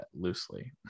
loosely